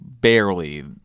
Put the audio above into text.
barely